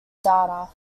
data